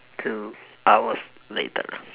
two hours later